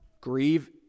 grieve